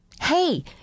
Hey